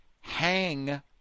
hang